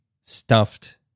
stuffed